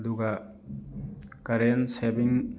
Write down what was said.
ꯑꯗꯨꯒ current saving